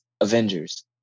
Avengers